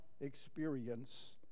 experience